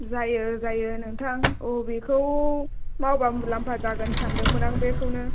जायो जायो नोंथां अबेखौ मावब्ला मुलामफा जागोन सान्दोंमोन आं बेखौनो